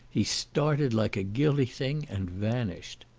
he started like a guilty thing and vanished.